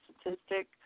statistic